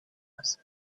was